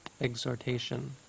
exhortation